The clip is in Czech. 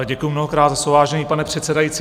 Děkuju mnohokrát za slovo, vážený pane předsedající.